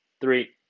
Three